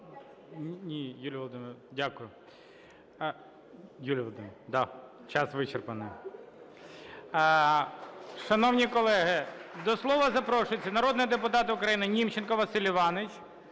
Ні, Юліє Володимирівно. Дякую. Юліє Володимирівно, час вичерпаний. Шановні колеги, до слова запрошується народний депутат України Німченко Василь Іванович